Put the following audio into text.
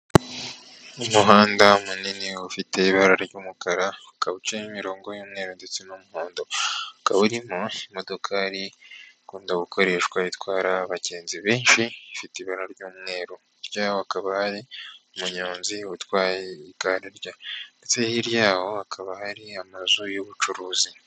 Umuhanda munini ufite ibara ry'umukara, ukaba uciyemo imirongo y'umweru ndetse n'umuhondo, ukaba urimo imodoka ikunda gukoreshwa itwara abagenzi benshi ifite ibara ry'umweru, hirya yaho hakaba hari umunyonzi utwaye igare rye, ndetse hirya yaho hakaba hari amazu y'ubucuruzi.